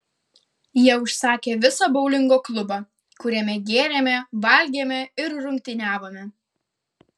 jie užsakė visą boulingo klubą kuriame gėrėme valgėme ir rungtyniavome